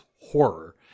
horror